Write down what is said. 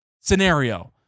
scenario